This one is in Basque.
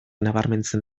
nabarmentzen